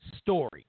story